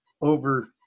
over